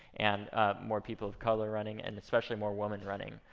and ah more people of color running, and especially more women running,